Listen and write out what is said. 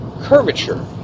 curvature